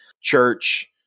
church